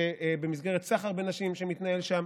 במסגרת סחר בנשים שמתנהל שם.